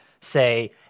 say